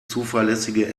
zuverlässige